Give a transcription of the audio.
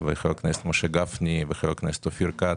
חבר הכנסת משה גפני וחבר הכנסת אופיר כץ.